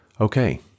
Okay